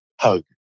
hug